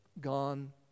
gone